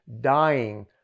dying